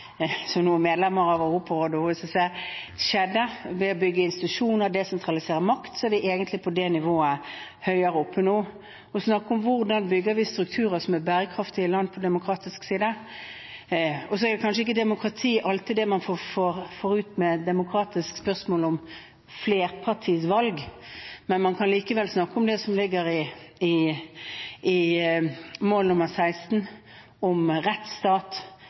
vi egentlig på det nivået nå, høyere oppe. Vi snakker om hvordan vi bygger strukturer for bærekraftige land på demokratisk side. Så er det kanskje ikke alltid demokrati man får ut av demokratiske spørsmål om flerpartivalg, men man kan likevel snakke om det som ligger i mål 16 – om rettsstatsprinsipper, et godt styresett, åpenhet, altså transparens. Arbeidet mot korrupsjon er sannsynligvis noe av det viktigste man kan gjøre i